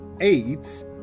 AIDS